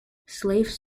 slaves